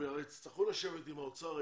הם עוד יצטרכו לשבת עם האוצר,